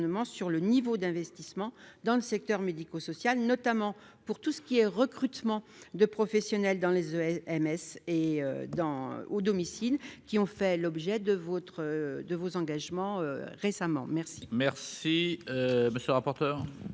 sur le niveau d'investissement dans le secteur médico-social, notamment pour tout ce qui est, recrutement de professionnels dans les EMS et dans au domicile qui ont fait l'objet de votre, de vos engagements récemment merci. Merci, monsieur le rapporteur.